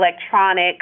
electronic